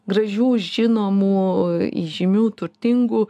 gražių žinomų įžymių turtingų